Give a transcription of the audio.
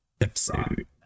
Episode